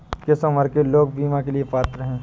किस उम्र के लोग बीमा के लिए पात्र हैं?